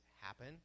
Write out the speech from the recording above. happen